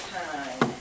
time